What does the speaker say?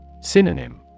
Synonym